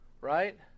right